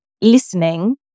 Listening